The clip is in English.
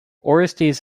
orestes